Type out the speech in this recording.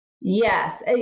Yes